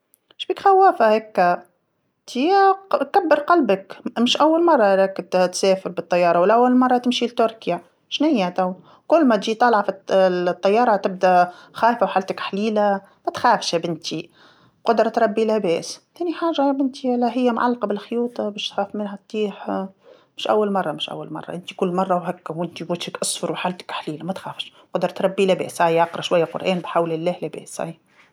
شبيك خوافه هاكا، نتيا كبر قلبك، مش أول مره راك تسافر بالطيارة ولا أول مره تمشي لتركيا، شناهي تو، كل ما تجي طالعه فال- للطياره تبدا خايفة وحالتك حليله، ما تخافش ا بنتي، قدرة ربي لاباس، تاني حاجة ا بنتي علاه هي معلقة بالخيوط باش تخاف منها تطيح، مش أول مره مش أول مره، انت كل مره وهكذا وأنت وجهك أصفر وحالتك حليله ما تخافش، قدرة ربي لاباس، ايا اقرا شويه قرآن بحول الله لا بأس خلاص.